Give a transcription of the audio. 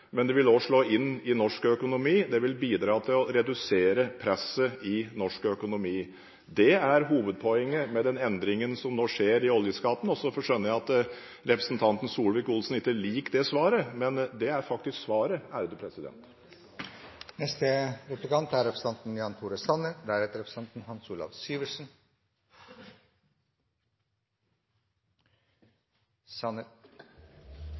Det vil også slå inn i norsk økonomi, det vil bidra til å redusere presset i norsk økonomi. Det er hovedpoenget med den endringen som nå skjer i oljeskatten. Så skjønner jeg at representanten Solvik-Olsen ikke liker det svaret, men det er faktisk svaret. Men det er